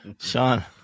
Sean